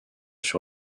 sur